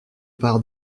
par